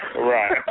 Right